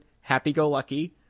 happy-go-lucky